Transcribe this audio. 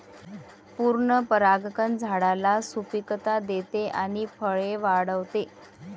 पूर्ण परागकण झाडाला सुपिकता देते आणि फळे वाढवते